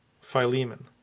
Philemon